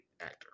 actor